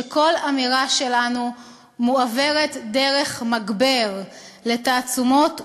שכל אמירה שלנו מועברת דרך מגבר לתעצומות גבוהות,